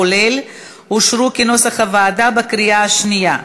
כולל, אושרו, כנוסח הוועדה, בקריאה השנייה.